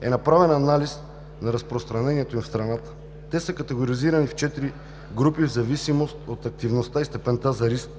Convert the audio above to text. е направен анализ на разпространението им в страната. Те са категоризирани в четири групи в зависимост от активността и степента за риск.